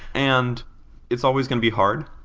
and it's always going to be hard.